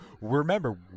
Remember